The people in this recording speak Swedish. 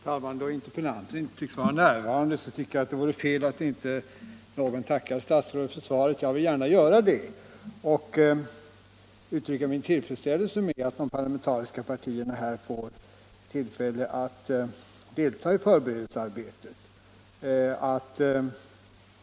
Herr talman! Interpellanten tycks inte vara närvarande. Jag tycker emellertid att det vore fel om inte någon tackar statsrådet för svaret. Jag vill gärna göra det och uttrycka min tillfredsställelse med att de parlamentariska representanterna får tillfälle att delta i förberedelsearbetet.